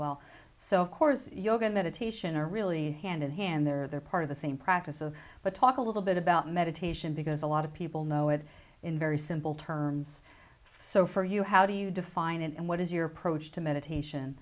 well so you're going to meditation are really hand in hand they're they're part of the same practices but talk a little bit about meditation because a lot of people know it in very simple terms so for you how do you define it and what is your approach to meditation